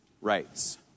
rights